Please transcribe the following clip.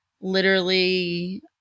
literally-